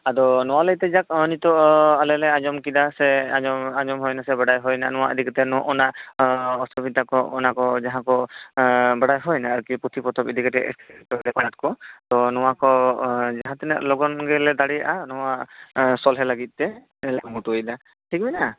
ᱟᱫᱚ ᱱᱚᱣᱟ ᱞᱟ ᱭᱛᱮ ᱡᱟᱦᱟᱸ ᱱᱤᱛᱚᱜ ᱟᱞᱮᱞᱮ ᱟᱧᱡᱚᱢ ᱠᱮᱫᱟ ᱥᱮ ᱟᱧᱡᱚᱢ ᱚᱧᱡᱚᱢ ᱦᱩᱭᱮᱱᱟ ᱥᱮ ᱵᱟᱰᱟᱭ ᱦᱩᱭᱮᱱᱟ ᱱᱚᱣᱟ ᱤᱫᱤᱠᱟᱛᱮ ᱱᱚᱜᱱᱟ ᱟᱸ ᱚᱥᱩᱵᱤᱫᱷᱟ ᱠᱚ ᱚᱱᱟᱠᱚ ᱡᱟᱦᱟᱸᱠᱚ ᱟᱺ ᱵᱟᱰᱟᱭ ᱦᱩᱭᱮᱱᱟ ᱟᱨ ᱠᱤ ᱯᱩᱛᱷᱤ ᱯᱚᱛᱚᱵ ᱤᱫᱤᱠᱟᱛᱮᱫ ᱠᱚ ᱛᱚ ᱱᱚᱣᱟ ᱠᱚ ᱡᱟᱦᱟᱸᱛᱤᱱᱟ ᱜ ᱞᱚᱜᱚᱱ ᱜᱮᱞᱮ ᱫᱟᱲᱮᱭᱟᱜ ᱟ ᱱᱚᱣᱟ ᱥᱚᱞᱦᱮ ᱞᱟ ᱜᱤᱫᱽ ᱛᱮ ᱟᱞᱮᱞᱮ ᱠᱩᱨᱩᱢᱩᱴᱩ ᱭᱮᱫᱟ ᱴᱷᱤᱠ ᱢᱮᱱᱟᱜ ᱟ